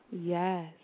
Yes